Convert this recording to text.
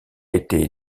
été